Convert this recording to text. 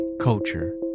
culture